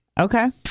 Okay